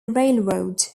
railroad